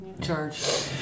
Charge